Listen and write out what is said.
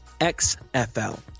XFL